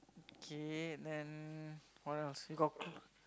okay then what else you got cl~